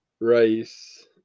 rice